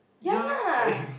ya